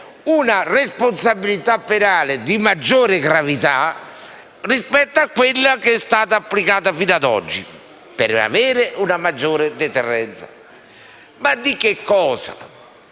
una responsabilità penale di maggior gravità rispetto a quella applicata fino ad oggi per avere una maggiore deterrenza di devianze.